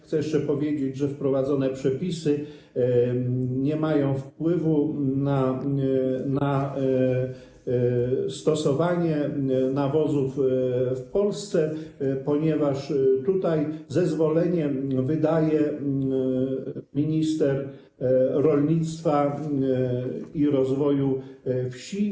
Chcę jeszcze powiedzieć, że wprowadzone przepisy nie mają wpływu na stosowanie nawozów w Polsce, ponieważ zezwolenie wydaje minister rolnictwa i rozwoju wsi.